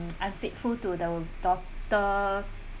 unfaithful to the daughter